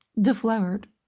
deflowered